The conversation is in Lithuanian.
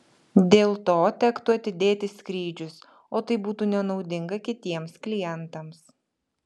dėl to tektų atidėti skrydžius o tai būtų nenaudinga kitiems klientams